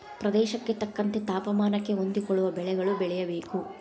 ಪ್ರದೇಶಕ್ಕೆ ತಕ್ಕಂತೆ ತಾಪಮಾನಕ್ಕೆ ಹೊಂದಿಕೊಳ್ಳುವ ಬೆಳೆಗಳು ಬೆಳೆಯಬೇಕು